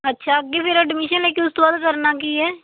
ਅੱਛਾ ਅੱਗੇ ਫਿਰ ਐਡਮੀਸ਼ਨ ਲੈ ਕੇ ਉਸ ਤੋਂ ਬਾਅਦ ਕਰਨਾ ਕੀ ਹੈ